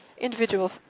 individuals